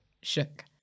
shook